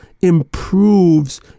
improves